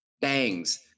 bangs